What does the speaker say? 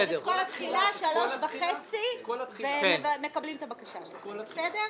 את כל התחילה שלוש וחצי ומקבלים את הבקשה, בסדר?